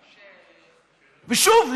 ושוב,